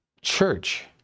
Church